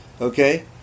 Okay